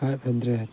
five hundred